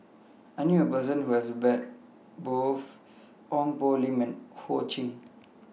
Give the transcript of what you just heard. I knew A Person Who has Met Both Ong Poh Lim and Ho Ching